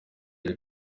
ari